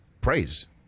praise